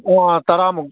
ꯑꯣ ꯇꯔꯥꯃꯨꯛ